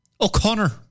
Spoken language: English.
O'Connor